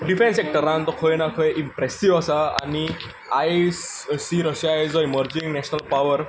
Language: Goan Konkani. डिफेन्स सेक्टरान तो खंय ना खंय इंप्रेसिव्ह आसा आनी I see Russia as a emerging national power